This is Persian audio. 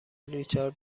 ریچارد